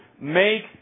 Make